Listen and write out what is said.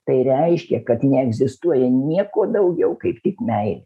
tai reiškia kad neegzistuoja nieko daugiau kaip tik meilė